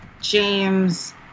James